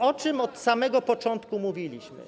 O czym od samego początku mówiliśmy?